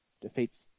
Defeats